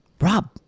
Rob